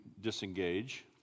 disengage